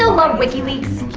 ah love wikileaks?